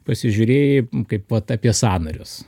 pasižiūrėjai kaipmat apie sąnarius